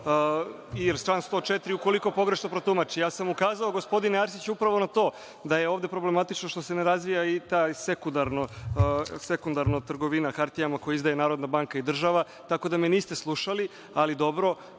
stav 104. ukoliko pogrešno protumači. Ja sam ukazao, gospodine Arsiću, upravo na to da je ovde problematično što se ne razvija i ta sekundarna trgovina hartijama koje izdaje Narodna banka i država. Tako da me niste slušali, ali dobro.